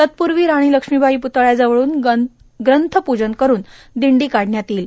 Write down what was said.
तत्पूर्वी राणी लक्ष्मीबाई पुतळ्याजवळून प्रंथ पूजन करून दीडी काढण्यात येईल